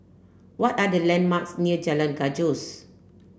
what are the landmarks near Jalan Gajus